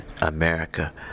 America